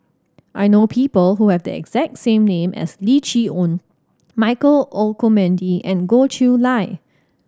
I know people who have the exact same name as Lim Chee Onn Michael Olcomendy and Goh Chiew Lye